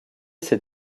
ses